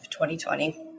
2020